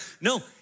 no